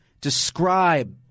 describe